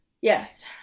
Yes